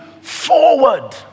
forward